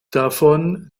davon